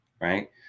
Right